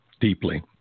deeply